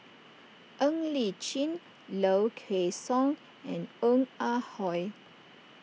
Ng Li Chin Low Kway Song and Ong Ah Hoi